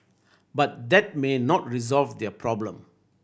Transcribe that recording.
but that may not resolve their problem